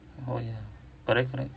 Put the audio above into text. oh ya correct correct